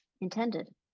intended